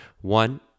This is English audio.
one